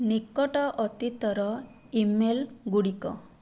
ନିକଟ ଅତୀତର email ଗୁଡ଼ିକ